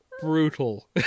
Brutal